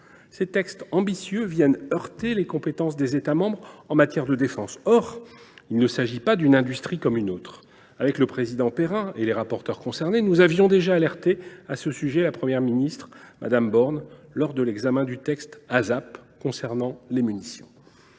Ces textes ambitieux viennent heurter les compétences des États membres en matière de défense. Or il ne s’agit pas d’une industrie comme une autre. Avec le président Cédric Perrin et les rapporteurs concernés, nous avions déjà alerté à ce sujet la Première ministre, Mme Borne, lors de l’examen par le Parlement européen